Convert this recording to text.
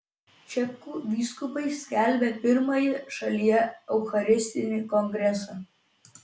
čekų vyskupai skelbia pirmąjį šalyje eucharistinį kongresą